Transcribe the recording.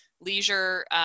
leisure